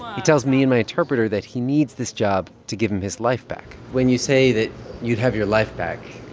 he tells me and my interpreter that he needs this job to give him his life back when you say that you'd have your life back,